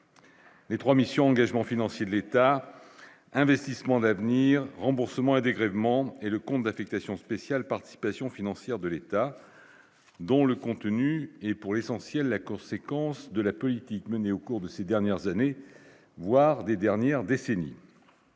Les 3 missions engagement financier de l'État investissements d'avenir remboursements et dégrèvements et le compte d'affectation spéciale participation financière de l'État, dont le contenu est pour l'essentiel, la conséquence de la politique menée au cours de ces dernières années, voire des dernières décennies.